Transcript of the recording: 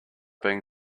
being